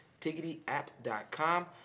TiggityApp.com